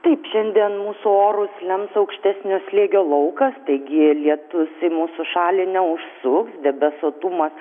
taip šiandien mūsų orus lems aukštesnio slėgio laukas taigi lietus į mūsų šalį neužsu debesuotumas